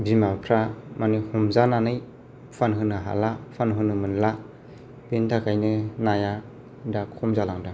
बिमाफ्रा माने हमजानानै फुवान होनो हाला फुवान होनो मोनला बेनि थाखायनो नाया दा खम जालांदों